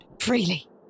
freely